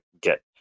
get